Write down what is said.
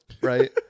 right